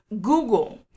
Google